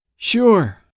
Sure